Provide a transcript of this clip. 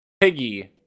Piggy